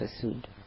pursued